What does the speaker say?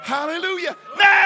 Hallelujah